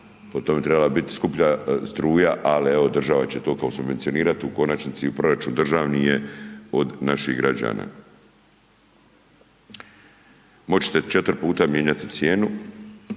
po tom bi trebala bit skuplja struja ali evo država će to subvencionirati, u konačnici u proračun državni je od naših građana. Moći će 4 puta mijenjati cijenu